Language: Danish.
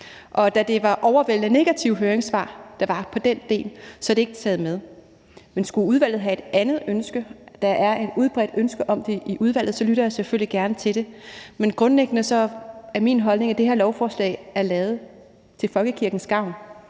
og da det overvejende var negative høringssvar, der var til den del, så er det ikke taget med. Men skulle udvalget have et andet ønske – er der et udbredt ønske om det i udvalget – så lytter jeg selvfølgelig gerne til det. Men grundlæggende er min holdning, at det her lovforslag er lavet til folkekirkens gavn,